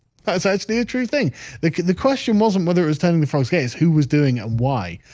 that's actually a true thing the the question wasn't whether it was telling the frogs gays who was doing it? why?